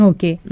Okay